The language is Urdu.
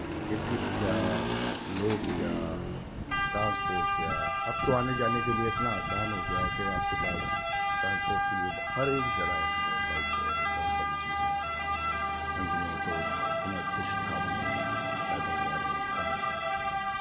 کرکٹ کیا لوگ کیا ٹرانسپورٹ کیا اب تو آنے جانے کے لیے اتنا آسان ہو گیا ہے کہ آپ کے پاس ٹرانسپورٹ کے لیے ہر ایک ذرائع ہیں بائک ہے بہت ساری چیزیں ہیں ان دنوں تو اتنا کچھ تھا بھی نہیں پیدل جا رہے ہیں کہاں جا رہے ہیں پتہ نہیں